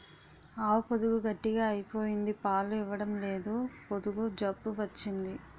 ఆవు పొదుగు గట్టిగ అయిపోయింది పాలు ఇవ్వడంలేదు పొదుగు జబ్బు వచ్చింది